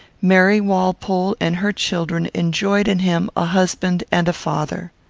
mary walpole and her children enjoyed in him a husband and a father.